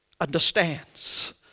understands